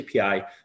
API